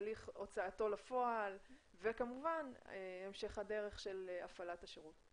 הליך הוצאתו לפועל וכמובן המשך הדרך של הפעלת השירות.